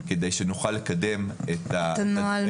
כדי שנוכל לקדם נוהל,